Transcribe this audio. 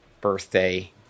birthday